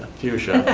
fuchsia,